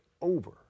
over